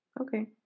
Okay